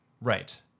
right